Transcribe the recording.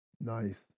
nice